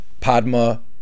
Padma